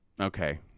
Okay